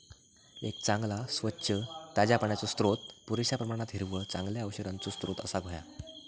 एक चांगला, स्वच्छ, ताज्या पाण्याचो स्त्रोत, पुरेश्या प्रमाणात हिरवळ, चांगल्या औषधांचो स्त्रोत असाक व्हया